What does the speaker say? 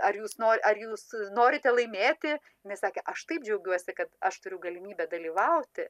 ar jūs nor ar jūs norite laimėti jinai sakė aš taip džiaugiuosi kad aš turiu galimybę dalyvauti